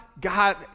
God